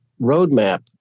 roadmap